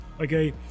okay